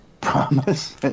promise